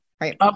right